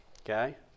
Okay